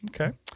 Okay